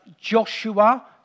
Joshua